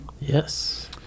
yes